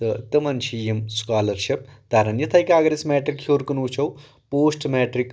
تہٕ تِمَن چھِ یِم سٔکالرشپ تَران یِتھَے کٔنۍ اَگر أسۍ میٹرِک ہیٚور کُن وٕچھو پوسٹ میٹرِک